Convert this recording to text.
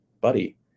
buddy